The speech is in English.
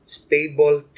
stable